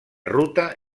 ruta